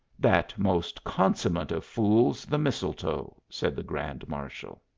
that most consummate of fools, the mistletoe, said the grand marshal.